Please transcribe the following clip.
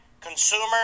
consumer